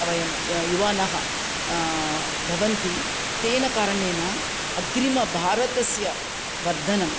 अवयं युवानः भवन्ति तेन कारणेन अग्रिमस्य भारतस्य वर्धनम्